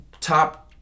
top